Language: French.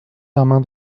germain